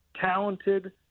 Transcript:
talented